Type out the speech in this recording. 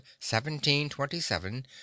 1727